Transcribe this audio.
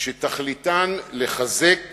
שתכליתם לחזק